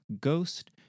ghost